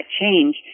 change